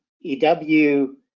EW